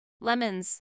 Lemons